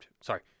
sorry